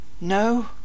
No